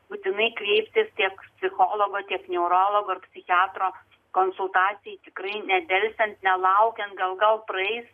būtinai kreiptis tiek psichologo tiek neurologo psichiatro konsultaciją tikrai nedelsiant nelaukiant gal gal praeis